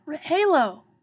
Halo